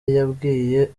yabwiye